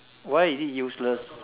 why is it useless